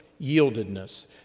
yieldedness